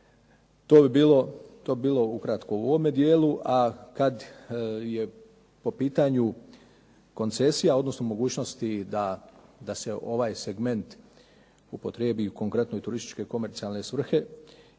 To bi bilo ukratko u ovome dijelu. A kad je po pitanju koncesija, odnosno mogućnosti da se ovaj segment upotrijebi u konkretne turističke komercijalne svrhe,